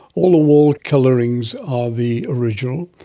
all the wall colourings are the original.